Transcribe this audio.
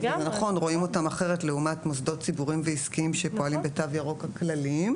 רואים אותם אחרת לעומת מוסדות ציבוריים ועסקיים שפועלים בתו ירוק הכללי.